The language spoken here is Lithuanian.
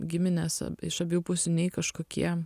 giminės iš abiejų pusių nei kažkokie